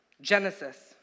Genesis